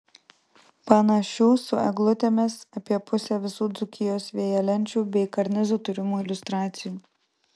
panašių su eglutėmis apie pusė visų dzūkijos vėjalenčių bei karnizų turimų iliustracijų